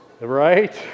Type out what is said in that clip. Right